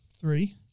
Three